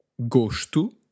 Gosto